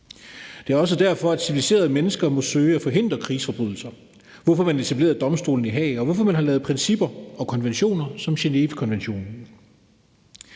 Det er også derfor, at civiliserede mennesker må søge at forhindre krigsforbrydelser, hvorfor man etablerede Domstolen i Haag, og hvorfor man har lavet principper og konventioner, som Genèvekonventionen.